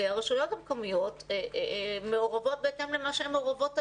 הרשויות המקומיות מעורבות בהתאם למה שהן מעורבות היום,